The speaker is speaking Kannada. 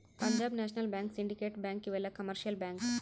Punjab national bank syndicate bank ಇವೆಲ್ಲ ಕಮರ್ಶಿಯಲ್ ಬ್ಯಾಂಕ್